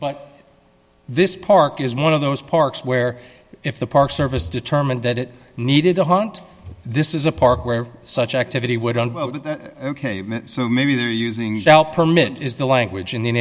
but this park is one of those parks where if the park service determined that it needed to hunt this is a park where such activity would run so maybe they're using shall permit is the language an